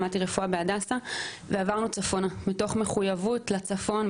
למדתי רפואה ב'הדסה' ועברנו צפונה מתוך מחויבות לצפון,